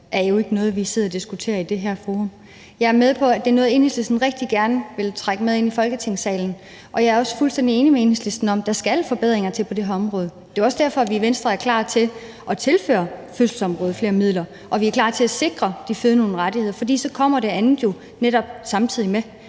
er jo ikke noget, vi sidder og diskuterer i det her forum. Jeg er med på, at det er noget, Enhedslisten rigtig gerne vil trække med ind i Folketingssalen, og jeg er også fuldstændig enig med Enhedslisten i, at der skal forbedringer til på det her område. Det er jo også derfor, at vi i Venstre er klar til at tilføre fødselsområdet flere midler og er klar til at sikre de fødende nogle rettigheder, for så kommer det andet jo netop samtidig.